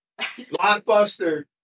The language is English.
blockbuster